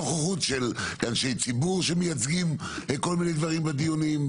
נוכחות של אנשי ציבור שמייצגים כל מיני דברים בדיונים.